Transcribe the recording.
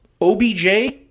OBJ